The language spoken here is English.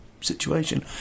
situation